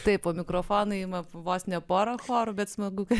tai po mikrofoną ima vos ne pora chorų bet smagu kad